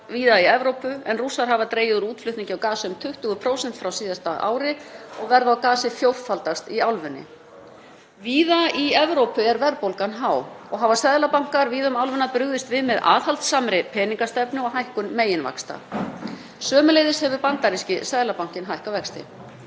víða í Evrópu en Rússar hafa dregið úr útflutningi á gasi um 20% frá síðasta ári og verð á gasi fjórfaldast í álfunni. Víða í Evrópu er verðbólgan há og hafa seðlabankar víða um álfuna brugðist við með aðhaldssamri peningastefnu og hækkun meginvaxta. Sömuleiðis hefur bandaríski Seðlabankinn hækkað vexti.